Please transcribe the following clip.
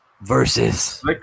versus